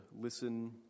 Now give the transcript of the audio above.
listen